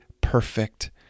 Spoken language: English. perfect